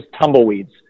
tumbleweeds